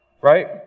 right